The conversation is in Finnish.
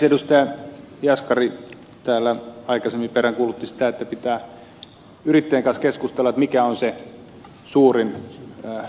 edustaja jaskari täällä aikaisemmin peräänkuulutti sitä että pitää yrittäjän kanssa keskustella mikä on se suurin este työllistää